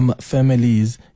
families